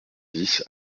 dix